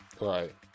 right